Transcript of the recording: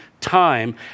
time